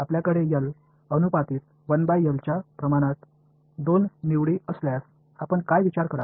आपल्याकडे L अनुपातिक 1L च्या प्रमाणात दोन निवडी असल्यास आपण काय विचार कराल